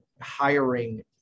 hiring